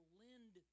lend